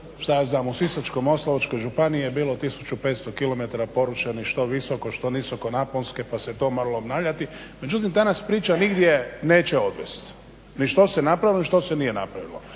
šta ja znam u Sisačko-moslavačkoj županiji je bilo 1500km porušenih što visoko što niskonaponske pa se to moralo obnavljivati, međutim ta nas priča nigdje neće odvesti, ni što se napravilo ni što se nije napravilo.